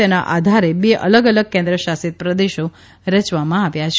તેના આધારે બે અલગ અલગ કેન્દ્રશાસિત પ્રદેશો રચવામાં આવ્યા છે